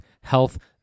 health